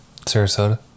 Sarasota